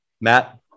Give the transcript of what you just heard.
Matt